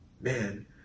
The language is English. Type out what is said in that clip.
man